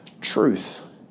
truth